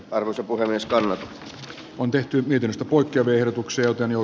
arvoisa puhemies kannot on tehty viidestä poikkeverotukseltaan jo